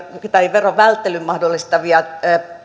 verovälttelyn mahdollistavia